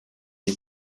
die